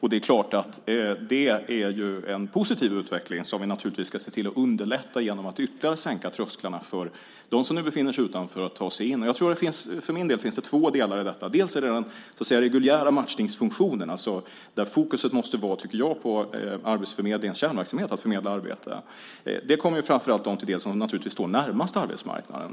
Det är klart att det är en positiv utveckling som vi naturligtvis ska se till att underlätta genom att ytterligare sänka trösklarna för dem som nu befinner sig utanför att ta sig in. För min del finns det två delar i detta. Först är det den reguljära matchningsfunktionen, där fokus måste ligga på arbetsförmedlingens kärnverksamhet: att förmedla arbeten. Det kommer naturligtvis framför allt dem till del som står närmast arbetsmarknaden.